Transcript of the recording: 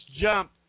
jump